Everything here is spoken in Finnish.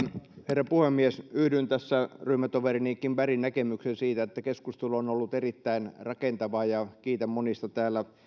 herra puhemies yhdyn tässä ryhmätoverini kim bergin näkemykseen siitä että keskustelu on on ollut erittäin rakentavaa ja kiitän monista täällä